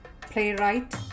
playwright